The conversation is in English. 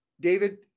David